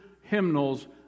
hymnals